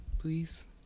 Please